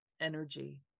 energy